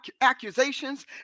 accusations